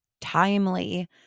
timely